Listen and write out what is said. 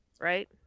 Right